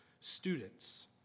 students